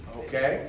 okay